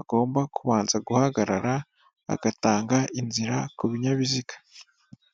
agomba kubanza guhagarara, agatanga inzira ku binyabiziga.